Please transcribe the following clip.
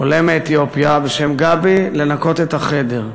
עולה מאתיופיה בשם גבי לנקות את החדר.